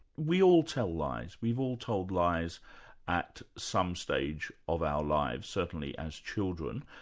we all tell lies. we've all told lies at some stage of our lives, certainly as children,